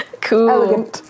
cool